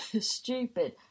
stupid